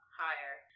higher